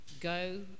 go